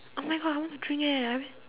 oh-my-God I want to drink eh I very